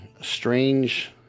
strange